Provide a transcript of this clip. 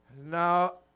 Now